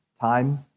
time